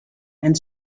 and